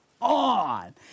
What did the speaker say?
on